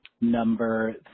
Number